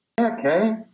Okay